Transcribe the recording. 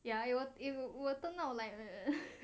ya it'l~ it'l~ will turn out like